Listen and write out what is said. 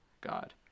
God